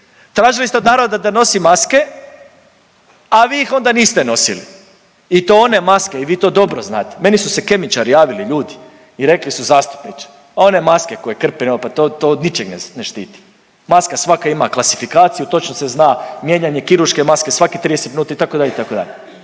Tražili ste od naroda da nosi maske, a vi ih onda niste nosili. I to one maske i vi to dobro znate. Meni su se kemičari javili, ljudi i rekli su zastupniče, one maske koje krpe, to to od ničeg ne štiti. Maska svaka ima klasifikaciju, točno se zna mijenjanje kirurške maske svakih 30 minuta itd., itd.